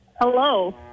Hello